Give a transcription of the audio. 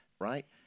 right